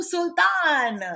Sultan